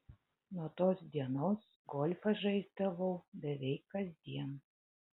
nuo tos dienos golfą žaisdavau beveik kasdien